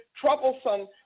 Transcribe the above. troublesome